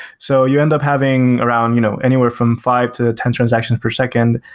so you end up having around you know anywhere from five to ten transactions per second,